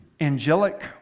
angelic